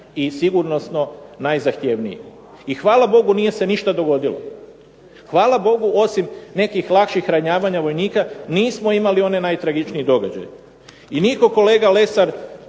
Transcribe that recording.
i sigurnosno najzahtjevniji. I hvala Bogu nije se ništa dogodilo, hvala Bogu osim nekih lakših ranjavanja vojnika nismo imali onaj najtragičniji događaj. I nitko, kolega Lesar,